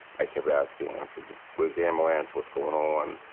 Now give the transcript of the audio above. i kept asking, i said, where's the ambulance? what's going on?